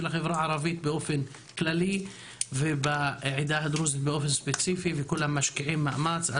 החברה הערבית באופן כללי ועדה הדרוזית באופן ספציפי וכולם משקיעים מאמץ.